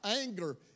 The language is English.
anger